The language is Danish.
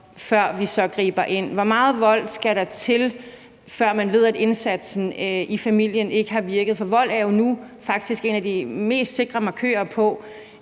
før vi så griber ind? Hvor meget vold skal der til, før man ved, at indsatsen i familien ikke har virket? For nu er vold jo faktisk en af de mest sikre markører,